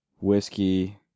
whiskey